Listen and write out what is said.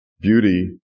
beauty